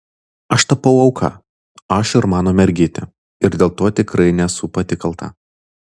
aš tapau auka aš ir mano mergytė ir dėl to tikrai nesu pati kalta